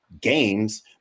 games